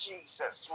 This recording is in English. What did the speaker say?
Jesus